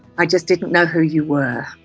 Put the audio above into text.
i just didn't know who you were.